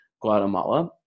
Guatemala